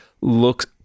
looks